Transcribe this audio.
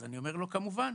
אז אני אומר לו: כמובן.